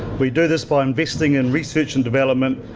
we do this by investing in research and development,